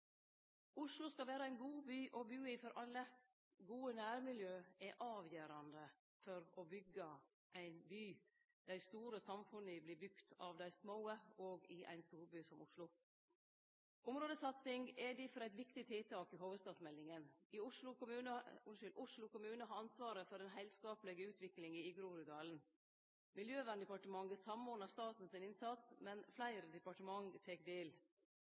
Oslo skal vere ein god by å bu i for alle. Gode nærmiljø er avgjerande for å byggje ein by. Dei store samfunna vert bygde av dei små, òg i ein storby som Oslo. Områdesatsing er difor eit viktig tiltak i hovudstadsmeldinga. Oslo kommune har ansvaret for den heilskaplege utviklinga i Groruddalen. Miljøverndepartementet samordnar staten sin innsats, men fleire departement tek del.